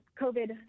COVID